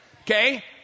Okay